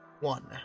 One